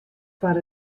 foar